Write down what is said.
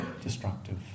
destructive